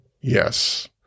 yes